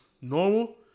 Normal